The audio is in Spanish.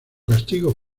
castigo